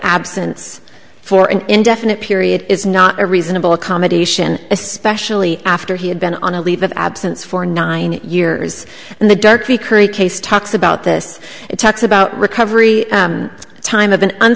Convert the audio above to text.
absence for an indefinite period is not a reasonable accommodation especially after he had been on a leave of absence for nine years and the darkie curry case talks about this it talks about recovery time of an